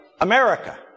America